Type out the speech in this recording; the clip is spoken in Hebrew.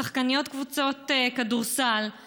שחקניות קבוצות כדורסל,